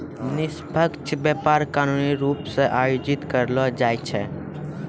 निष्पक्ष व्यापार कानूनी रूप से आयोजित करलो जाय छै